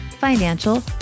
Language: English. financial